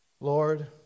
Lord